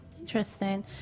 Interesting